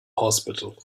hospital